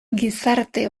gizarte